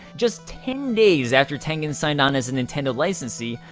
just ten days after tengen signed on as a nintendo licensee,